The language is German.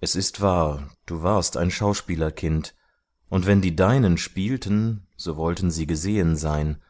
es ist wahr du warst ein schauspielerkind und wenn die deinen spielten so wollten sie gesehen sein